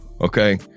okay